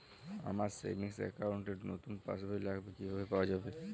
আমার savings account র নতুন পাসবই লাগবে কিভাবে পাওয়া যাবে?